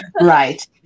Right